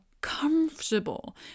comfortable